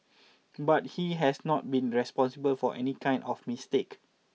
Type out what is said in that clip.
but he has not been responsible for any kind of mistake